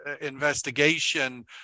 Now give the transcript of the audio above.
investigation